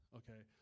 okay